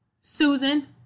Susan